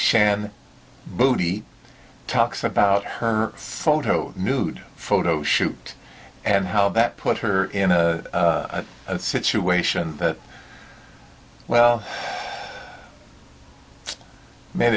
shannon bodhi talks about her photo nude photo shoot and how that put her in a situation that well made